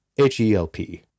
H-E-L-P